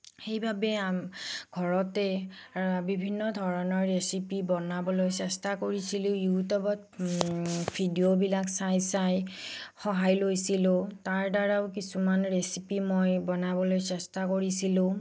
সেইবাবে ঘৰতে বিভিন্ন ধৰণৰ ৰেচিপি বনাবলৈ চেষ্টা কৰিছিলোঁ ইউটিউবত ভিডিঅ'বিলাক চাই চাই সহায় লৈছিলোঁ তাৰদ্বাৰাও কিছুমান ৰেচিপি মই বনাবলৈ চেষ্টা কৰিছিলোঁ